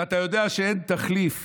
ואתה יודע שאין תחליף